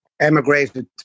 emigrated